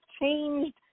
changed